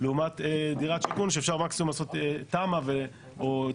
לעומת דירת שיכון שאפשר מקסימום לעשות תמ"א או פינוי